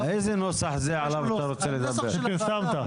הנוסח של הוועדה.